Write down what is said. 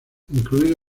incluido